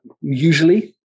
usually